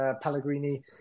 Pellegrini